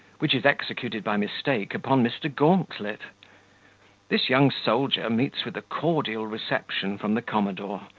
which is executed by mistake upon mr. gauntlet this young soldier meets with a cordial reception from the commodore,